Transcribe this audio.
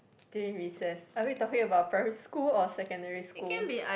during recess are we talking about primary school or secondary school